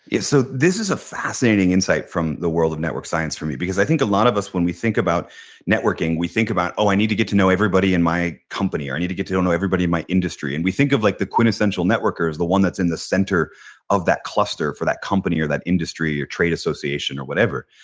so this is a fascinating insight from the world of network science for me because i think a lot of us when we think about networking we think about, oh i need to get to know everybody in my company. or i need to get to know everybody in my industry and we think of like the quintessential networker as the one that's in the center of that cluster for that company or that industry or trade association or whatever.